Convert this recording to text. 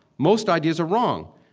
most ideas are wrong.